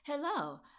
Hello